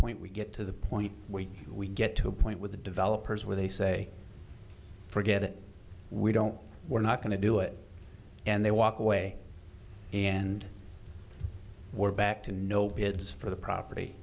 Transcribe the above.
point we get to the point where we get to a point with the developers where they say forget it we don't we're not going to do it and they walk away and we're back to no bids for the property